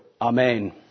Amen